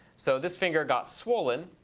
so this finger got swollen.